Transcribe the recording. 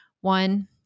One